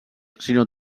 sinó